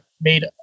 made